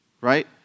Right